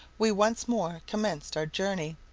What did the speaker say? we once more commenced our journey,